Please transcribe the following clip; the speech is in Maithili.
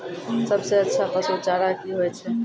सबसे अच्छा पसु चारा की होय छै?